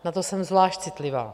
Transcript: Na tom jsem zvlášť citlivá.